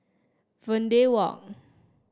Verde Walk